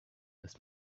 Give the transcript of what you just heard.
das